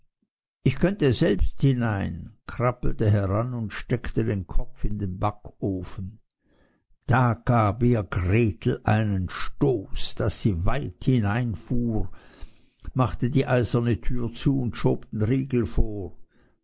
ich könnte selbst hinein krabbelte heran und steckte den kopf in den backofen da gab ihr gretel einen stoß daß sie weit hineinfuhr machte die eiserne tür zu und schob den riegel vor